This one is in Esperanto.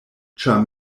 ĉar